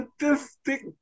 Statistic